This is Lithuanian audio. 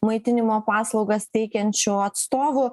maitinimo paslaugas teikiančių atstovų